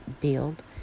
build